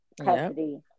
custody